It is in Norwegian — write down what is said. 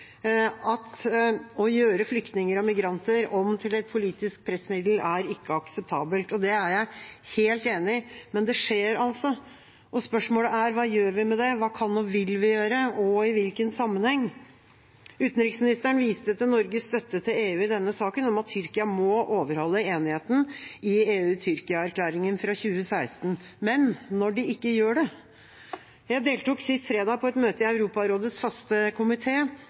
at «å gjøre flyktninger og migranter om til et politisk pressmiddel er ikke akseptabelt». Det er jeg helt enig i, men det skjer altså. Spørsmålet er: Hva gjør vi med det, hva kan og vil vi gjøre, og i hvilken sammenheng? Utenriksministeren viste til Norges støtte til EU i denne saken – om at Tyrkia må overholde enigheten i EU–Tyrkia-erklæringen fra 2016, men hva når de ikke gjør det? Jeg deltok sist fredag på et møte i Europarådets faste